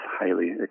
highly